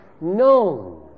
known